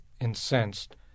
incensed